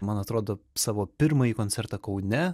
man atrodo savo pirmąjį koncertą kaune